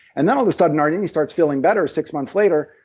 and then all of a sudden, our knee knee starts feeling better six months later,